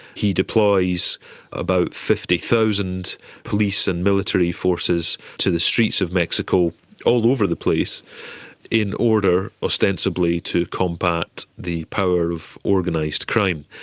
he deploys about fifty thousand police and military forces to the streets of mexico all over the place in order ostensibly to combat the power of organised crime.